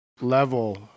level